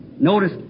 Notice